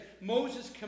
Moses